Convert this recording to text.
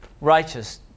righteous